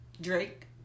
Drake